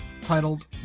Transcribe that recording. titled